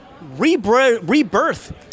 rebirth